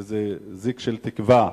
איזה זיק של תקווה,